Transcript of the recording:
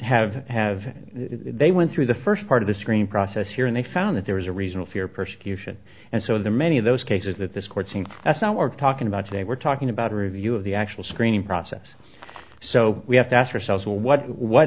have have they went through the first part of the screen process here and they found that there was a reason a fear of persecution and so there are many of those cases that this court saying that's not we're talking about today we're talking about a review of the actual screening process so we have to ask ourselves well what what